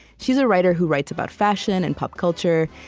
she's a writer who writes about fashion and pop culture,